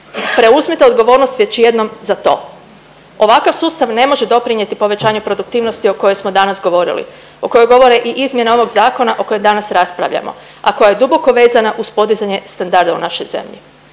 Preuzmite odgovornost već jednom za to. Ovakav sustav ne može doprinjeti povećanju produktivnosti o kojoj smo danas govorili, o kojoj govore i izmjene ovog zakona o kojem danas raspravljamo, a koja je duboko vezana uz podizanje standarda u našoj zemlji.